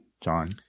John